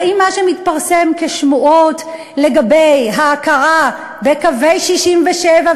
האם מה שמתפרסם כשמועות לגבי ההכרה בקווי 67',